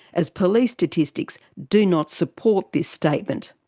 as police statistics do not support this statement.